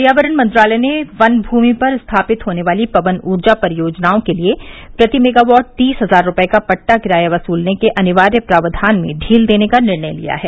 पर्यावरण मंत्रालय ने वन भूमि पर स्थापित होने वाली पवन ऊर्जा परियोजनाओं के लिए प्रति मेगावाट तीस हजार रुपये का पट्टा किराया वसूलने के अनिवार्य प्रावधान में ढील देने का निर्णय किया है